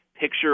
picture